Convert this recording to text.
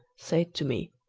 said to me,